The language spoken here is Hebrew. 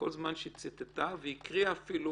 כל זמן שהיא ציטטה והיא הקריאה אפילו